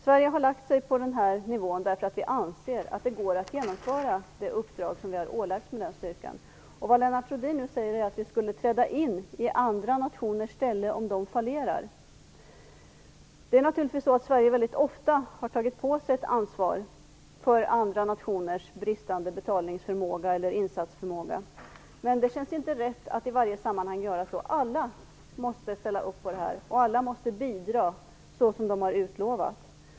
Sverige har lagt sig på denna nivå därför att vi anser att det går att genomföra det uppdrag vi har ålagt denna styrka. Vad Lennart Rohdin nu säger är att vi skulle träda in i andra nationers ställe om de fallerar. Sverige har väldigt ofta tagit på sig ett ansvar för andra nationers bristande betalningsförmåga eller insatsförmåga, men det känns inte rätt att i varje sammanhang göra så. Alla måste ställa upp på detta. Alla måste bidra så som de har utlovat.